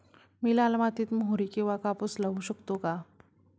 मी लाल मातीत मोहरी किंवा कापूस लावू शकतो का?